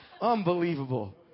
Unbelievable